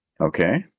Okay